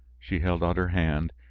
she held out her hand.